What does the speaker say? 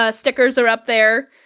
ah stickers are up there.